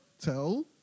tell